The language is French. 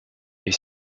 est